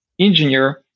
engineer